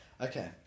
okay